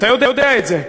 אתה יודע את זה,